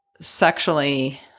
sexually